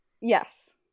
Yes